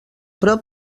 prop